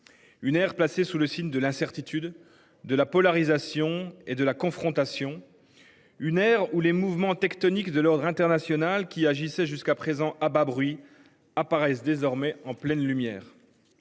Une aire placé sous le signe de l'incertitude de la polarisation et de la confrontation. Une aire où les mouvements tectoniques, de l'ordre international qui agissait jusqu'à présent à bas bruit apparaissent désormais en pleine lumière.